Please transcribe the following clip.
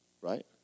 right